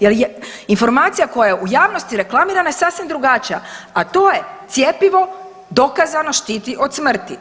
Jer informacija koja je u javnosti reklamirana je sasvim drugačija, a to je cjepivo dokazano štiti od smrti.